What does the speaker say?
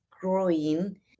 growing